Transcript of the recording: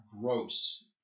gross